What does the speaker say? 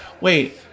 wait